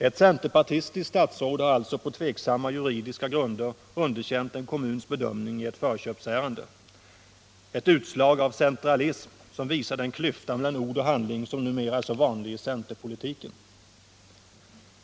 Ett centerpartistiskt statsråd har alltså på tvivelaktiga juridiska grunder underkänt en kommuns bedömning i ett förköpsärende, ett utslag av centralism som visar den klyfta mellan ord och handling som numera är så vanlig i centerpolitiken.